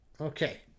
Okay